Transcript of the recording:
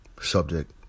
subject